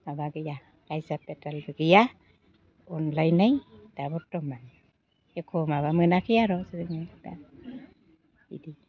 माबा गैया कायजा पेतालबो गैया अनलायनाय दा बर्थमान एख' माबा मोनाखै आर' जोङो दा इदि